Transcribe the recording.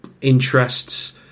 interests